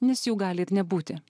nes jų gali ir nebūti